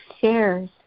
shares